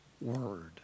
word